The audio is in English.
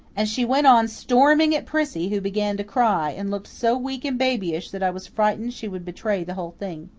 and she went on storming at prissy, who began to cry, and looked so weak and babyish that i was frightened she would betray the whole thing.